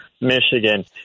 Michigan